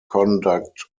conduct